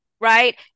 right